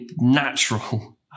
natural